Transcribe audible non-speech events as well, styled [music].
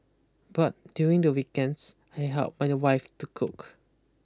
but during the weekends I help [hesitation] my wife to cook